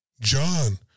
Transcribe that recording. John